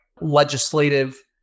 legislative